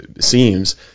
seems